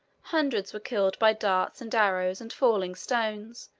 hundreds were killed by darts, and arrows, and falling stones,